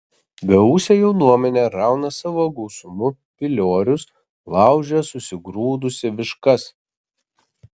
beūsė jaunuomenė rauna savo gausumu piliorius laužia susigrūdusi viškas